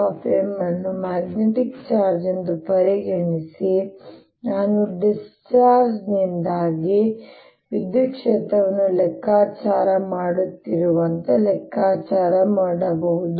M ಅನ್ನು magnetic charge ಎಂದು ಪರಿಗಣಿಸಿ ನಾನು ಡಿಸ್ಚಾರ್ಜ್ ನಿಂದಾಗಿ ವಿದ್ಯುತ್ ಕ್ಷೇತ್ರವನ್ನು ಲೆಕ್ಕಾಚಾರ ಮಾಡುತ್ತಿರುವಂತೆ ಲೆಕ್ಕಾಚಾರ ಮಾಡಬಹುದು